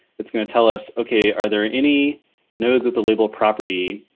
it's gonna tell us, okay, are there any nodes with the label of property?